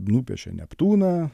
nupiešė neptūną